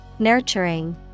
Nurturing